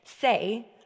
say